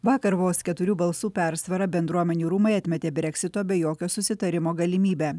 vakar vos keturių balsų persvara bendruomenių rūmai atmetė breksito be jokio susitarimo galimybę